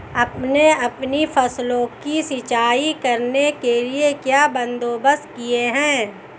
आपने अपनी फसलों की सिंचाई करने के लिए क्या बंदोबस्त किए है